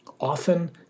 Often